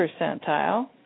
percentile